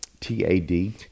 TAD